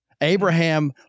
Abraham